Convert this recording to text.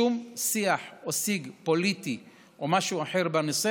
שום שיח או סיג פוליטי או משהו אחר בנושא